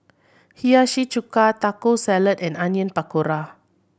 Hiyashi Chuka Taco Salad and Onion Pakora